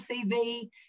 CV